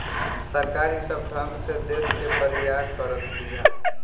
सरकार ई सब ढंग से देस के बरियार करत बिया